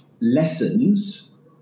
lessons